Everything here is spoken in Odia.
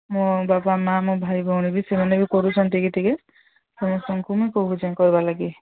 ମୋ ବାପା ମାଆ ମୋ ଭାଇ ଭଉଣୀ ବି ସେମାନେ ବି କରୁଛନ୍ତି ଟିକେ ସମସ୍ତଙ୍କୁ ମୁଁ କହୁଛି କରିବା ଲାଗି